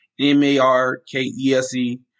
M-A-R-K-E-S-E